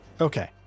Okay